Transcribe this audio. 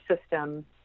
system